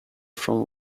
from